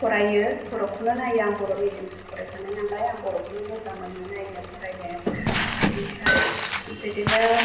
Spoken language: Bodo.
फरायो बर'खौनो नायो आं बर' मिडियामसो फरायखानाय नालाय आं बर'खौनो मोजां मोनो नायनो फरायनो ओमफ्राय बिदिनो